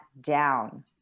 down